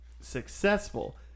successful